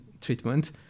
treatment